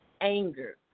anger